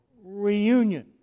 Reunion